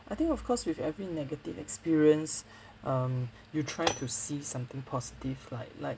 I think of course with every negative experience um you try to see something positive like like